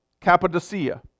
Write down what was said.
Cappadocia